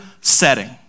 setting